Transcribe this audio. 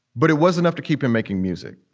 but it was enough to keep him making music.